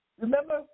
Remember